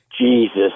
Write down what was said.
Jesus